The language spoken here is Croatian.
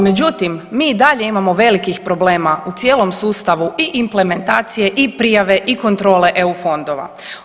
Međutim, mi i dalje imamo velikih problema u cijelom sustavu i implementacije i prijave i kontrole EU fondova.